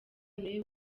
niwe